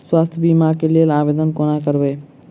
स्वास्थ्य बीमा कऽ लेल आवेदन कोना करबै?